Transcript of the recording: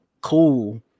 Cool